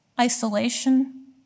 isolation